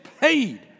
paid